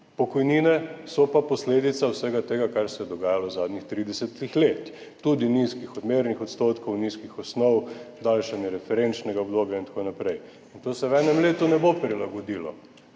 Pokojnine so pa posledica vsega tega, kar se je dogajalo v zadnjih 30 letih, tudi nizkih odmernih odstotkov, nizkih osnov, daljšanje referenčnega obdobja in tako naprej. In to se v enem letu ne bo prilagodilo,